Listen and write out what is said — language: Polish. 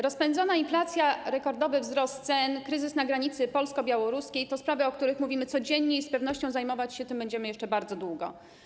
Rozpędzona inflacja, rekordowy wzrost cen, kryzys na granicy polsko-białoruskiej to sprawy, o których mówimy codziennie i którymi z pewnością zajmować się będziemy jeszcze bardzo długo.